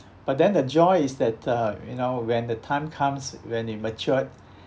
but then the joy is that uh you know when the time comes when it matured